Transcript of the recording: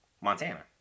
Montana